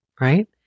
right